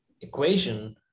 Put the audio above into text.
equation